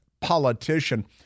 politician